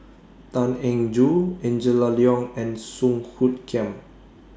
Tan Eng Joo Angela Liong and Song Hoot Kiam